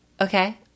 Okay